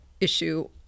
issue